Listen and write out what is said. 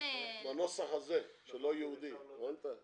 בנוסח הזה של "לא יהודי", הבנת?